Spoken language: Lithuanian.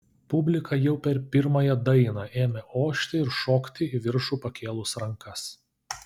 publika jau per pirmąją dainą ėmė ošti ir šokti į viršų pakėlus rankas